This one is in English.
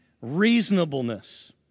reasonableness